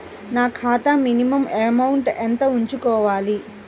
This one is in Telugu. నా ఖాతా మినిమం అమౌంట్ ఎంత ఉంచుకోవాలి?